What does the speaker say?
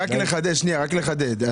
שנייה, רק לחדד.